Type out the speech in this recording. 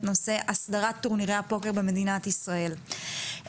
נושא אסדרת טורנירי הפוקר במדינת ישראל.